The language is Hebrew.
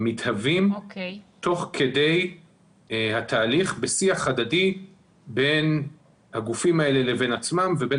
הם מתהווים תוך כדי התהליך בשיח הדדי בין הגופים האלה לבין עצמם ובין